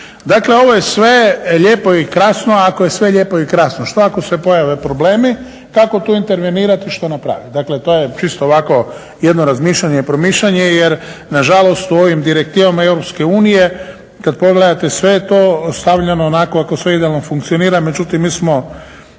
Dakle, ovo je sve lijepo i krasno ako je sve lijepo i krasno, što ako se pojave problemi, kako tu intervenirati, što napraviti. Dakle, to je čisto ovako, jedno razmišljanje i promišljanje jer nažalost u ovim direktivama Europske unije, kada pogledate sve je to stavljeno onako ako sve idealno funkcionira. Međutim, mi smo